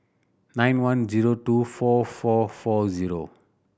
nine one zero two four four four zero